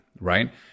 right